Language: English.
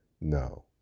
no